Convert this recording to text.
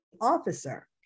officer